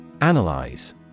Analyze